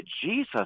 Jesus